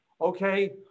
okay